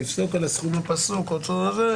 לפסוק על הסכום הפסוק --- הצמדה